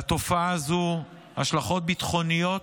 לתופעה הזו השלכות ביטחוניות,